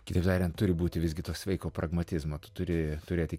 kitaip tariant turi būti visgi to sveiko pragmatizmo turi turėti